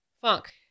funk